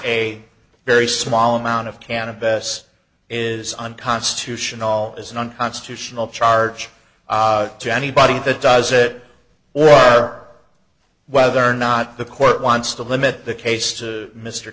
a very small amount of can a best is unconstitutional is an unconstitutional charge to anybody that does it or whether or not the court wants to limit the case to mr